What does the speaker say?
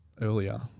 earlier